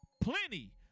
Plenty